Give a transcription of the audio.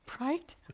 Right